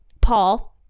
Paul